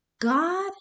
God